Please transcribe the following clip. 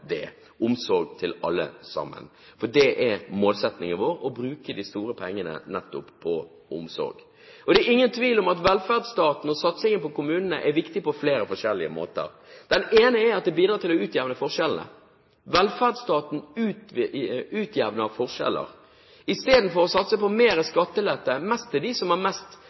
til omsorg for alle sammen. Det er målsettingen vår: å bruke de store pengene nettopp på omsorg. Det er ingen tvil om at velferdsstaten og satsingen på kommunene er viktig på flere forskjellige måter. Det ene er at det bidrar til å utjevne forskjellene. Velferdsstaten utjevner forskjeller. Istedenfor å satse på mer skattelette, mest til dem som har mest